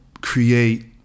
create